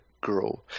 Grow